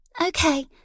Okay